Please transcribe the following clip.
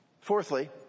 Fourthly